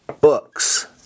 books